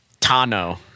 Tano